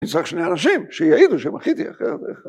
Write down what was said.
‫אני צריך שני אנשים, ‫שייעידו שמחיתי אחרי הרבה אחד.